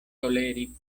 toleri